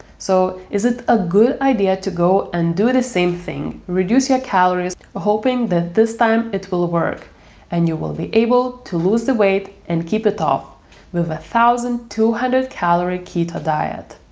so, is it a good idea to go and do the same thing, reduce your calories hoping that this time it will work and you will be able to lose the weight and keep it off with a one thousand two hundred calorie keto diet?